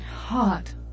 hot